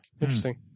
Interesting